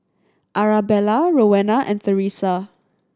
Arabella Rowena and Theresa